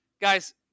Guys